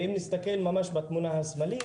אם נסתכל ממש בתמונה השמאלית,